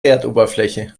erdoberfläche